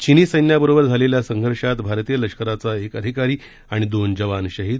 चिनी सैन्याबरोबर झालेल्या संघर्षामध्ये भारतीय लष्कराचा एक अधिकारी आणि दोन जवान शहीद